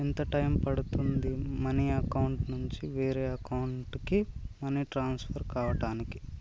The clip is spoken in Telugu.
ఎంత టైం పడుతుంది మనీ అకౌంట్ నుంచి వేరే అకౌంట్ కి ట్రాన్స్ఫర్ కావటానికి?